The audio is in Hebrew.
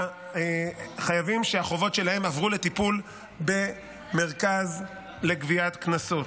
החייבים שהחובות שלהם עברו לטיפול במרכז לגביית קנסות.